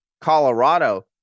Colorado